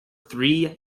three